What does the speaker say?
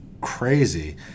crazy